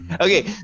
Okay